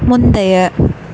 முந்தைய